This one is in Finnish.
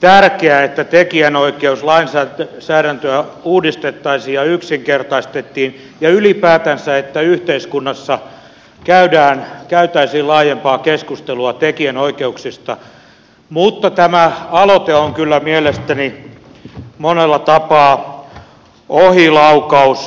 tärkeää että tekijänoikeuslainsäädäntöä uudistettaisiin ja yksinkertaistettaisiin ja ylipäätänsä että yhteiskunnassa käytäisiin laajempaa keskustelua tekijänoikeuksista mutta tämä aloite on kyllä mielestäni monella tapaa ohilaukaus